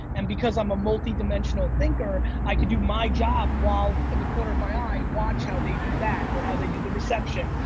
and because i'm a multi-dimensional thinker, i could do my job while, in the corner of my eye, watch how they do that, or how they did the reception,